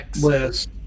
list